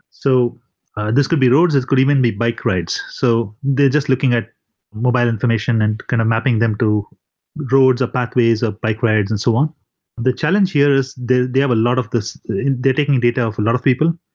so this could be roads. it could even be bike rides. so they're just looking at mobile information and kind of mapping them to roads, or pathways, or bike rides and so on the challenge here is they they have a lot of this. they're taking data of a lot of people.